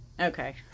Okay